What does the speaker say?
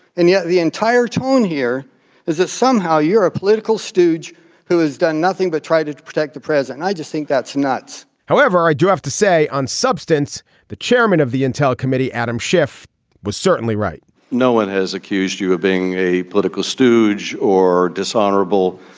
and yet the entire tone here is that somehow you're a political stooge who has done nothing but try to to protect the president. i just think that's nuts however i do have to say on substance the chairman of the intel committee adam schiff was certainly right no one has accused you of being a political stooge or dishonorable.